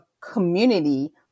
community